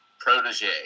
protege